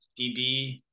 DB